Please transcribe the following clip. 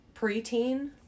preteen